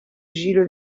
giro